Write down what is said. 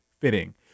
fitting